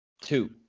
Two